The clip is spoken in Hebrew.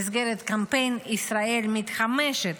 במסגרת קמפיין ישראל מתחמשת,